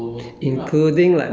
三十三 ah